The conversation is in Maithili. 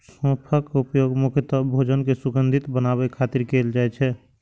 सौंफक उपयोग मुख्यतः भोजन कें सुगंधित बनाबै खातिर कैल जाइ छै